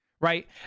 right